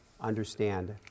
understand